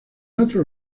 otros